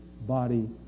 body